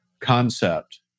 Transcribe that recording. concept